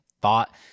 thought